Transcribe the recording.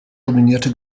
dominierte